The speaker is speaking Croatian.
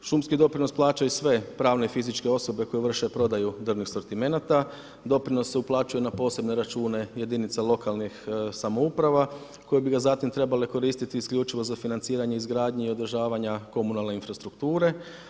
Šumski doprinos plaćaju sve pravne i fizičke osobe koje vrše prodaju drvnih asortimenata, doprinos se uplaćuje na posebne račune jedinica lokalnih samouprava koje bi ga zatim trebale koristiti isključivo za financiranje, izgradnje i održavanja komunalne infrastrukture.